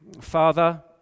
father